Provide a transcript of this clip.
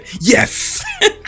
Yes